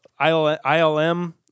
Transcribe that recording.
ILM